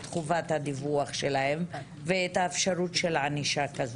חובת הדיווח שלהם ואת האפשרות של ענישה.